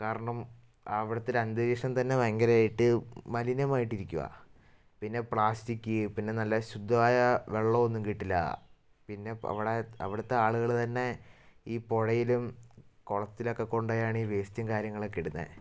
കാരണം അവടത്തെ ഒരു അന്തരീക്ഷം തന്നെ ഭയങ്കരമായിട്ട് മലിനമായിട്ടിരിക്കുകയാണ് പിന്നെ പ്ലാസ്റ്റിക്ക് പിന്നെ നല്ല ശുദ്ധമായ വെള്ളമൊന്നും കിട്ടില്ല പിന്നെ അവിടെ അവിടത്തെ ആളുകൾ തന്നെ ഈ പുഴയിലും കുളത്തിലൊക്കെ കൊണ്ടു പോയി ആണ് ഈ വേയ്സ്റ്റും കാര്യങ്ങളൊക്കെ ഇടുന്നത്